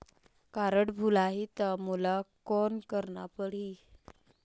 Card भुलाही ता मोला कौन करना परही?